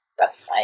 Website